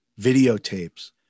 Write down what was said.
videotapes